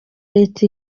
leta